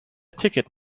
ticket